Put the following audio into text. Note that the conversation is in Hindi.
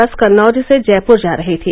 बस कन्नौज से जयपुर जा रही थी